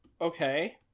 Okay